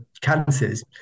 cancers